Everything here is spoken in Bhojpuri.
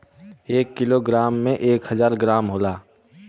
एक कीलो ग्राम में एक हजार ग्राम होला